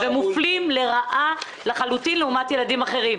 הם מופלים לרעה לעומת ילדים אחרים.